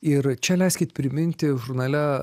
ir čia leiskit priminti žurnale